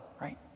right